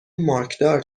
مارکدار